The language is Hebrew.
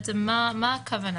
מה הכוונה?